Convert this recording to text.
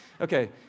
Okay